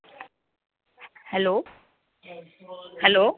hello hello